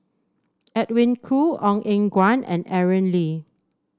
Edwin Koo Ong Eng Guan and Aaron Lee